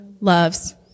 loves